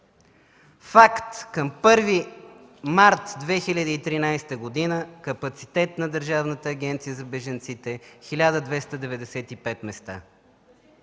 Факт: към 1 март 2013 г. капацитет на Държавната агенция за бежанците – 1295 места.